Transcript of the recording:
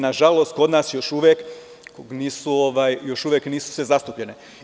Nažalost, kod nas još uvek nisu sve zastupljene.